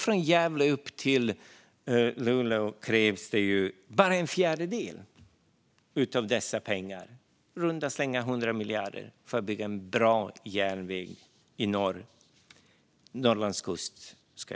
Från Gävle ända upp till Luleå krävs bara en fjärdedel av dessa pengar - i runda slängar 100 miljarder för att bygga en bra järnväg längs Norrlands kust.